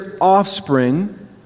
offspring